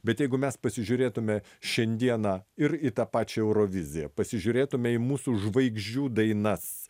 bet jeigu mes pasižiūrėtume šiandieną ir į tą pačią euroviziją pasižiūrėtume į mūsų žvaigždžių dainas